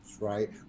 right